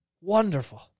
wonderful